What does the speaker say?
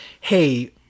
Hey